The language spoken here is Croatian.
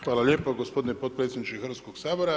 Hvala lijepo gospodine potpredsjedniče Hrvatskog sabora.